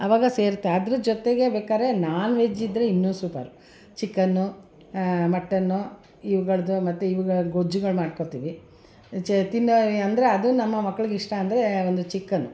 ಆವಾಗ ಸೇರುತ್ತೆ ಅದ್ರ ಜೊತೆಗೆ ಬೇಕಾದ್ರೆ ನಾನ್ ವೆಜ್ ಇದ್ದರೆ ಇನ್ನೂ ಸೂಪರು ಚಿಕನ್ನು ಮಟನ್ನು ಇವುಗಳ್ದು ಮತ್ತು ಇವ್ಗಳ್ದು ಗೊಜ್ಜುಗಳು ಮಾಡ್ಕೊಳ್ತೀವಿ ತಿನ್ನೋ ಅಂದರೆ ಅದು ನಮ್ಮ ಮಕ್ಳಿಗೆ ಇಷ್ಟ ಅಂದರೆ ಒಂದು ಚಿಕನ್ನು